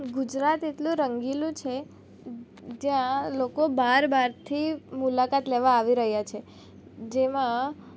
ગુજરાત એટલું રંગીલું છે જ્યાં લોકો બહાર બહારથી મુલાકાત લેવા આવી રહ્યા છે જેમાં